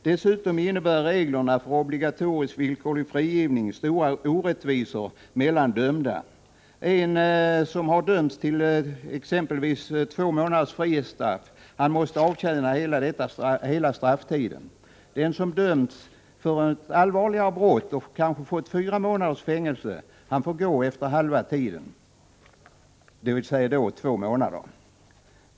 Dessutom innebär reglerna för obligatorisk villkorlig frigivning stora orättvisor mellan dömda. En som dömts till exempelvis två månaders frihetsstraff måste avtjäna hela strafftiden. Den som dömts för ett allvarligare brott och kanske fått fyra månaders fängelse får gå efter halva strafftiden, dvs. efter två månader.